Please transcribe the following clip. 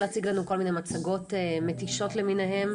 להציג לנו כל מיני מצגות מתישות למיניהן.